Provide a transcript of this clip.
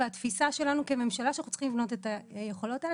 והתפיסה שלנו כממשלה היא שאנחנו צריכים לבנות את היכולות האלה,